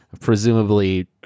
presumably